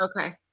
Okay